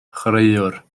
chwaraewr